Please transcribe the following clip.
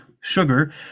sugar